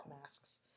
masks